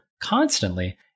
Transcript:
constantly